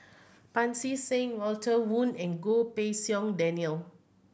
Pancy Seng Walter Woon and Goh Pei Siong Daniel